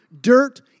dirt